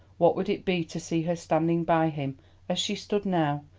what would it be to see her standing by him as she stood now,